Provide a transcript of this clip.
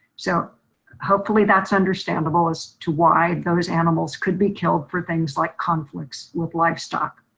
so hopefully that's understandable as to why those animals could be killed for things like conflicts with livestock.